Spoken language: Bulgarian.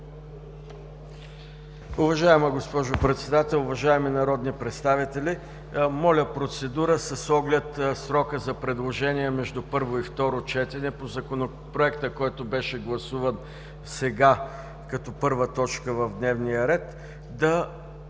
Уважаема госпожо, Председател, уважаеми народни представители! Моля за процедура – с оглед срока за предложения между първо и второ четене по Законопроекта, който беше гласуван сега като първа точка в дневния ред, да